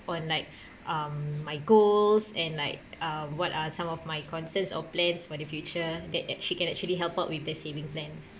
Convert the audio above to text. on like um my goals and like uh what are some of my concerns or plans for the future that ac~ she can actually help out with the saving plans